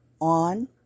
on